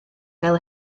gael